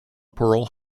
pearl